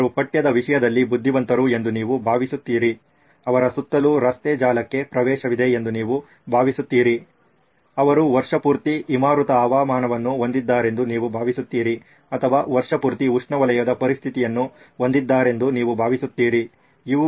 ಅವರು ಪಠ್ಯದ ವಿಷಯದಲ್ಲಿ ಬುದ್ಧಿವಂತರು ಎಂದು ನೀವು ಭಾವಿಸುತ್ತೀರಿ ಅವರ ಸುತ್ತಲೂ ರಸ್ತೆ ಜಾಲಕ್ಕೆ ಪ್ರವೇಶವಿದೆ ಎಂದು ನೀವು ಭಾವಿಸುತ್ತೀರಿ ಅವರು ವರ್ಷಪೂರ್ತಿ ಹಿಮಾವೃತ ಹವಾಮಾನವನ್ನು ಹೊಂದಿದ್ದಾರೆಂದು ನೀವು ಭಾವಿಸುತ್ತೀರಿ ಅಥವಾ ವರ್ಷಪೂರ್ತಿ ಉಷ್ಣವಲಯದ ಪರಿಸ್ಥಿತಿಗಳನ್ನು ಹೊಂದಿದ್ದಾರೆಂದು ನೀವು ಭಾವಿಸುತ್ತೀರಿ